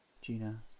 Gina